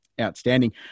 outstanding